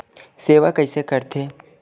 सेवा कइसे करथे?